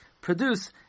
produce